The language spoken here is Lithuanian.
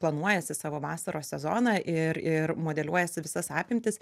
planuojasi savo vasaros sezoną ir ir modeliuojasi visas apimtis